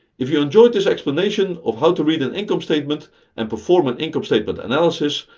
if you enjoyed this explanation of how to read an income statement and perform an income statement analysis,